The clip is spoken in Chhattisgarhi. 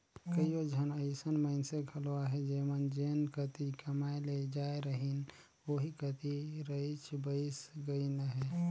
कइयो झन अइसन मइनसे घलो अहें जेमन जेन कती कमाए ले जाए रहिन ओही कती रइच बइस गइन अहें